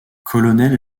colonel